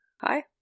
Hi